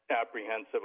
apprehensive